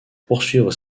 poursuivre